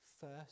first